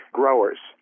growers